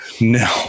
No